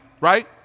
right